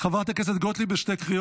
חברת הכנסת לימור סון הר מלך,